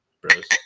bros